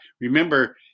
remember